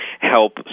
help